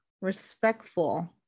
respectful